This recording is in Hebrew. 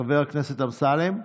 חבר הכנסת אמסלם,